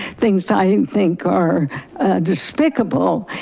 things i think are despicable.